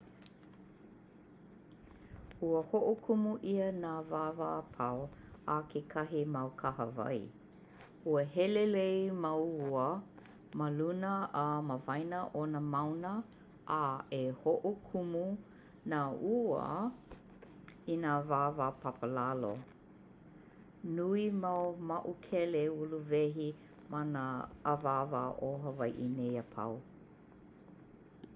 Ua ho'okumu'ia nā awāwa apau a kekahi mau kahawai. Ua helelei mau ua maluna a mawaena o nā mauna a e ho'okumu nā ua i nā awāwa papalalo. Nui mau ma'ukele uluwehi ma nā awāwa o Hawai'i nei apau.